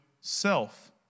self